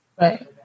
Right